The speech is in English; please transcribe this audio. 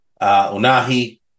Unahi